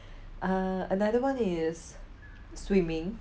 uh another one is swimming